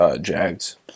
Jags